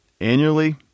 annually